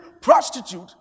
prostitute